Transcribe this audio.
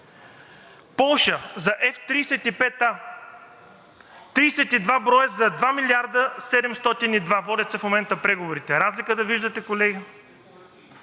Полша – за F-35А – 32 броя за 2 милиарда 702. Водят се в момента преговорите. Разлика да виждате, колеги?!